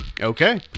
Okay